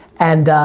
and